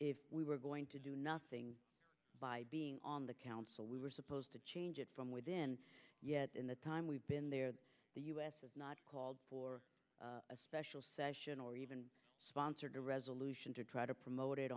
if we were going to do nothing by being on the council we were supposed to change it from within yet in the time we've been there the u s has not called for a special session or even sponsored a resolution try to promote it